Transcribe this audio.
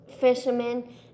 fisherman